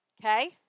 okay